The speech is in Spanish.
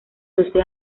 doce